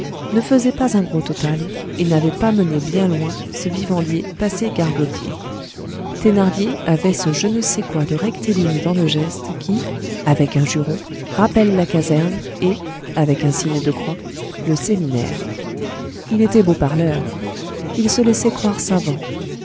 ne faisait pas un gros total et n'avait pas mené bien loin ce vivandier passé gargotier thénardier avait ce je ne sais quoi de rectiligne dans le geste qui avec un juron rappelle la caserne et avec un signe de croix le séminaire il était beau parleur il se laissait croire savant